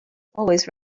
always